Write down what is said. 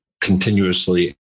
continuously